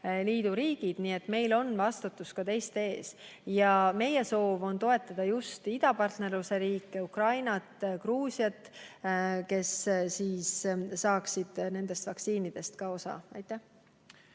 Liidu riigid, nii et meil on vastutus ka teiste ees. Meie soov on toetada just idapartnerluse riike, Ukrainat, Gruusiat, kes saaksid nendest vaktsiinidest osa. Esiteks,